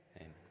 amen